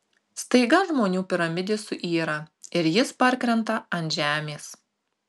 staiga žmonių piramidė suyra ir jis parkrenta ant žemės